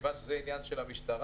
כיוון שזה עניין של המשטרה,